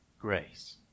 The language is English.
grace